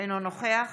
אינו נוכח